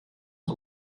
het